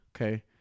Okay